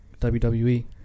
WWE